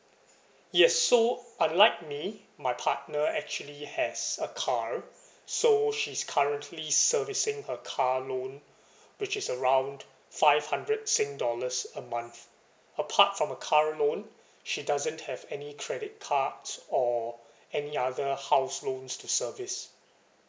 yes so unlike me my partner actually has a car so she's currently servicing her car loan which is around five hundred sing dollars a month apart from a car loan she doesn't have any credit cards or any other house loans to service